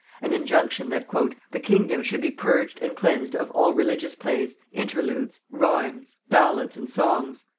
an injunction that the kingdom should be purged and cleansed of all religious plays, interludes, rhymes, ballads, and songs,